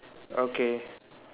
okay